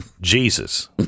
Jesus